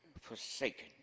forsaken